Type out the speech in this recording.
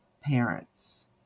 parents